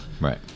right